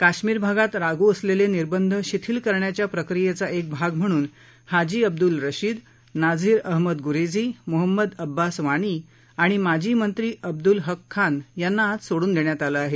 काश्मीर भागात लागू असलेले निर्बंध शिथील करण्याच्या प्रक्रियेचा एक भाग म्हणून हाजी अब्दुल रशीद नाझिर अहमद गुरेजी मोहम्मद अब्बास वानी आणि माजी मंत्री अब्दुल हक खान यांना आज सोडून देण्यात आलं आहे